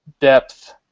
depth